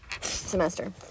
Semester